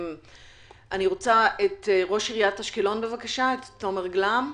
ראש עיריית אשקלון, תומר גלאם,